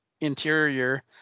interior